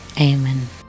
Amen